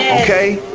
okay.